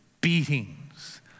beatings